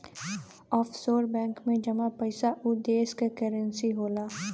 offshore bank में जमा पइसा उ देश क करेंसी होला